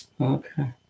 Okay